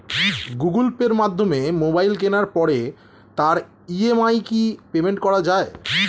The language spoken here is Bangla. গুগোল পের মাধ্যমে মোবাইল কেনার পরে তার ই.এম.আই কি পেমেন্ট করা যায়?